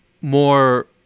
more